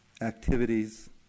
activities